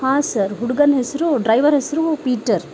ಹಾಂ ಸರ್ ಹುಡುಗನ ಹೆಸರು ಡ್ರೈವರ್ ಹೆಸರು ಪೀಟರ್